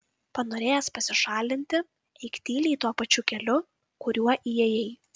panorėjęs pasišalinti eik tyliai tuo pačiu keliu kuriuo įėjai